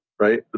right